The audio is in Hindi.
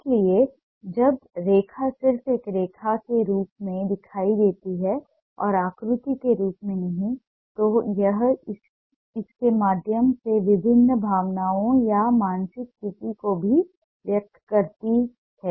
इसलिए जब रेखा सिर्फ एक रेखा के रूप में दिखाई देती है और आकृति के रूप में नहीं तो यह इसके माध्यम से विभिन्न भावनाओं या मानसिक स्थिति को भी व्यक्त करती है